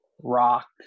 rock